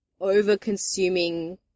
over-consuming